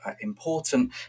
important